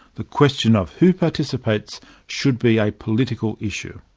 the question of who participates should be a political issue.